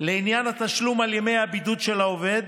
לעניין התשלום על ימי הבידוד של העובד,